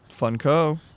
Funko